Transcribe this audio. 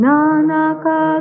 Nanaka